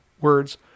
words